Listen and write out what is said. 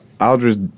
Aldridge